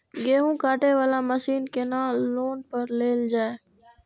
गेहूँ काटे वाला मशीन केना लोन पर लेल जाय?